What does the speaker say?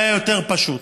זה היה יותר פשוט.